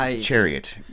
Chariot